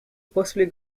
possibly